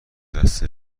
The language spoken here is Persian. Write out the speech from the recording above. دست